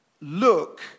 look